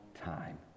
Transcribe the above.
time